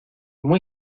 muy